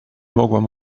mogłam